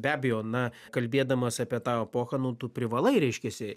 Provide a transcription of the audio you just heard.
be abejo na kalbėdamas apie tą epochą nu tu privalai reiškiasi